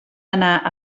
anar